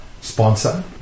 sponsor